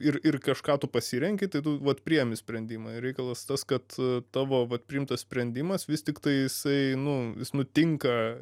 ir ir kažką tu pasirenki tai vat priėmi sprendimą ir reikalas tas kad tavo vat priimtas sprendimas vis tiktai jisai nu nutinka